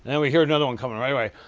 and we hear another one coming right away.